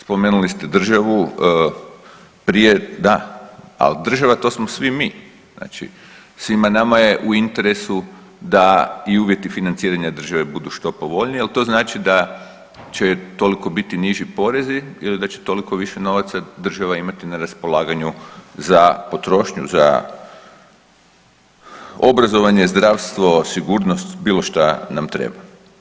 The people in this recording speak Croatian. Spomenuli ste državu prije da, al država to smo svi mi, znači svima nama je u interesu da i uvjeti financiranja države budu što povoljniji, al to znači da će toliko biti niži porezi ili da će toliko više novaca država imati na raspolaganju za potrošnju, za obrazovanje, zdravstvo, sigurnost, bilo šta nam treba.